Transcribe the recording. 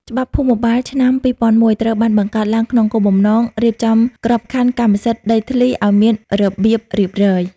ច្បាប់ភូមិបាលឆ្នាំ ២០០១ ត្រូវបានបង្កើតឡើងក្នុងគោលបំណងរៀបចំក្របខណ្ឌកម្មសិទ្ធិដីធ្លីឱ្យមានរបៀបរៀបរយ។